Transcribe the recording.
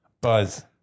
Buzz